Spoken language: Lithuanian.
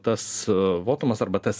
tas votumas arba tas